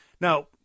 Now